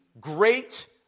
great